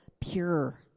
pure